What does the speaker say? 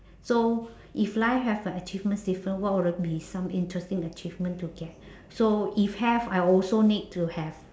so if life have an achievement system what would uh be some interesting achievement to get so if have I will also need to have